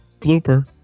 Blooper